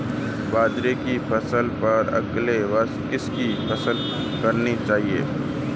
बाजरे की फसल पर अगले वर्ष किसकी फसल करनी चाहिए?